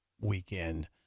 weekend